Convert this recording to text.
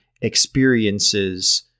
experiences